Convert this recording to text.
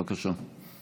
בבקשה.